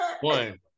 One